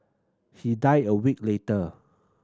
he died a week later